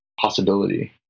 possibility